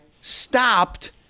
stopped